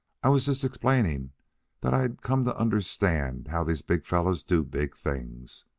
i was just explaining that i'd come to understand how these big fellows do big things.